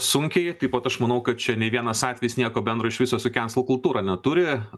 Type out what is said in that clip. sunkiai taip pat aš manau kad čia nei vienas atvejis nieko bendro iš viso su kensl kultūra neturi